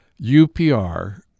UPR